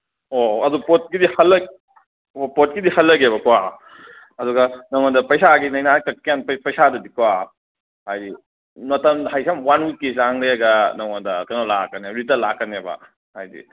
ꯑꯣ ꯑꯗꯣ ꯄꯣꯠꯀꯤꯗꯤ ꯍꯟꯂꯛ ꯑꯣ ꯄꯣꯠꯀꯤꯗꯤ ꯍꯟꯂꯒꯦꯕꯀꯣ ꯑꯗꯨꯒ ꯅꯪꯉꯣꯟꯗ ꯄꯩꯁꯥꯒꯤꯅꯤꯅ ꯀꯦꯝꯇ ꯄꯩꯁꯥꯗꯨꯗꯤꯀꯣ ꯍꯥꯏꯗꯤ ꯃꯇꯝ ꯍꯥꯏꯁꯦ ꯋꯥꯟ ꯋꯤꯛꯀꯤ ꯆꯥꯡ ꯂꯩꯔꯒ ꯅꯪꯉꯣꯟꯗ ꯀꯩꯅꯣ ꯂꯥꯛꯀꯅꯦꯕ ꯔꯤꯇꯔꯟ ꯂꯥꯛꯀꯅꯦꯕ ꯍꯥꯏꯗꯤ